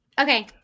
Okay